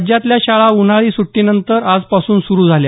राज्यातल्या शाळा उन्हाळी सुटीनंतर आजपासून सुरु झाल्या